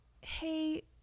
hey